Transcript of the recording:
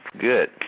good